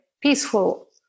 peaceful